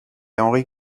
henri